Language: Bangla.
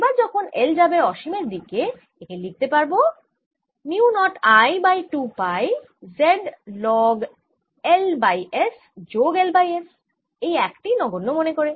এবার যখন L যাবে অসীমের দিকে একে লিখতে পারব mu naught I by 2 pi Z log L by S যোগ L বাই S এই 1 টি নগণ্য মনে করে